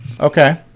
Okay